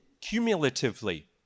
Cumulatively